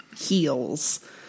heels